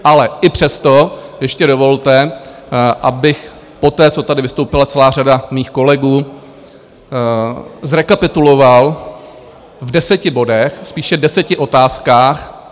Ale i přesto ještě dovolte, abych poté, co tady vystoupila celá řada mých kolegů, zrekapituloval v deseti bodech, spíše deseti otázkách.